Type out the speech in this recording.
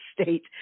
state